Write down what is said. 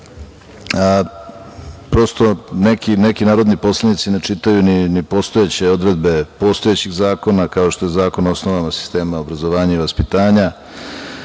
prosto neki narodni poslanici ne čitaju ni postojeće odredbe postojećih zakona, kao što je Zakon o osnovama sistema obrazovanja i vaspitanja,